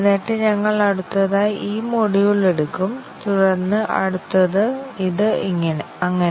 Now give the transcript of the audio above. എന്നിട്ട് ഞങ്ങൾ അടുത്തതായി ഈ മൊഡ്യൂൾ എടുക്കും തുടർന്ന് അടുത്തത് ഇത് അങ്ങനെ